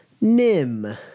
Nim